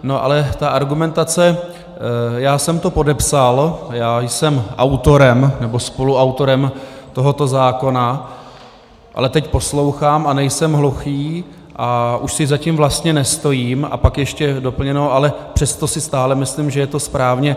No ale ta argumentace já jsem to podepsal, já jsem autorem, nebo spoluautorem tohoto zákona, ale teď poslouchám a nejsem hluchý a už si za tím vlastně nestojím a pak ještě doplněno: ale přesto si stále myslím, že je to správně.